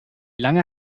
lange